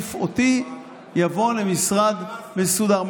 שיחליף אותי יבוא למשרד מסודר,